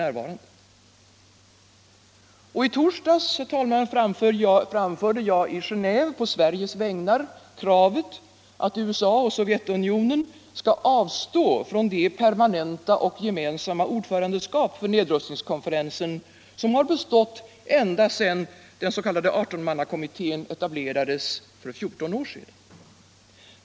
F torsdags framförde jag i Genéve, på Sveriges vägnar, kravet att USA och Sovjetunionen skall avstå från det permanenta och gemensamma ordförandeskap för nedrusiningskonferensen som bestått ända sedan den s.k. Adertonmannakommittén etablerades för fjorton år sedan.